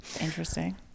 interesting